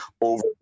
over